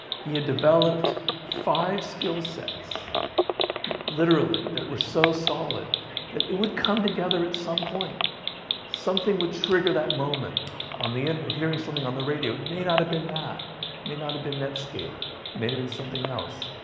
he had developed five skill sets literally that were so solid that it would come together at some point something would trigger that moment on the end hearing something on the radio it may not have been that may not have been netscape made him in something else,